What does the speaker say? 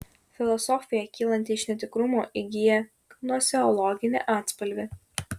filosofija kylanti iš netikrumo įgyja gnoseologinį atspalvį